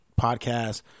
podcast